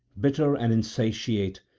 bitter and insatiate,